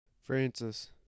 Francis